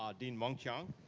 ah dean mung chiang,